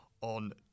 on